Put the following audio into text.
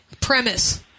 premise